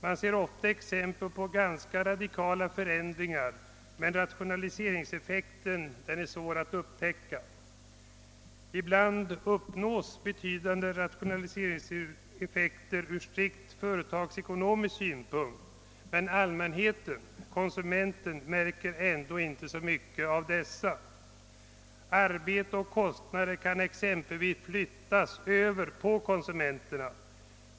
Man ser ofta exempel på ganska radikala förändringar, men <rationaliseringseffekten är svår att upptäcka. Ibland uppnås betydande rationaliseringseffekter ur strikt företagsekonpmisk synpunkt, men allmänheten-konsumenterna märker ändå inte så mycket av dessa. Arbete och kostnader kan exempelvis flyttas över på konsumenterna.